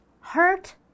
hurt